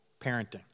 parenting